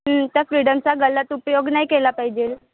हं त्या फ्रीडमचा गलत उपयोग नाही केला पायजेल